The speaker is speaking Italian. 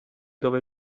dove